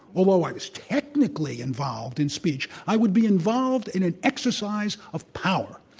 although i was technically involved in speech, i would be involved in an exercise of power.